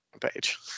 page